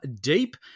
deep